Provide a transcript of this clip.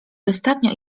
dostatnio